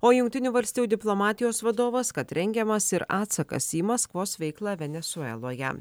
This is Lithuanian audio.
o jungtinių valstijų diplomatijos vadovas kad rengiamas ir atsakas į maskvos veiklą venesueloje